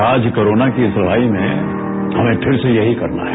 आज कोरोना की इस लड़ाई में हमें फिर से यही करना है